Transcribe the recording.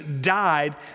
died